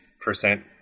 percent